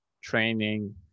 training